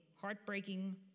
heartbreaking